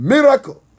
Miracle